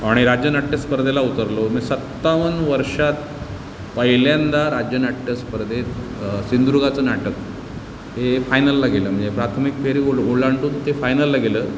आणि राज्यनाट्यस्पर्धेला उतरलो मी सत्तावन वर्षात पहिल्यांदा राज्यनाट्यस्पर्धेत सिंधुदुर्गाचं नाटक हे फायनलला गेलं म्हणजे प्राथमिक फेरी ओलू ओलांडून ते फायनलला गेलं